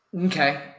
Okay